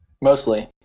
Mostly